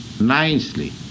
nicely